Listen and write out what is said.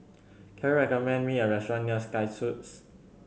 can you recommend me a restaurant near Sky Suites